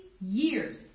years